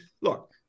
look